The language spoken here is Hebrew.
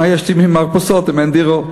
מה יש לי ממרפסות אם אין דירות?